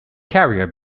carrier